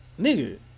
Nigga